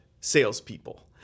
salespeople